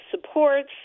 supports